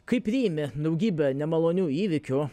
kai priimi daugybę nemalonių įvykių